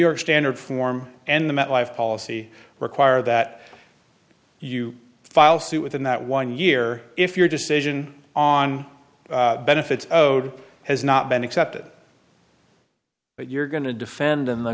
york standard form and the met life policy require that you file suit within that one year if your decision on benefits oh did has not been accepted but you're going to defend on the